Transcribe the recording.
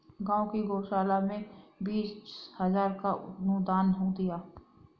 गांव की गौशाला में बीस हजार का अनुदान दिया